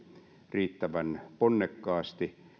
riittävän ponnekkaasti